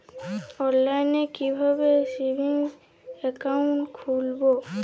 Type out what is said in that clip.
অনলাইনে কিভাবে savings account খুলবো?